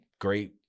great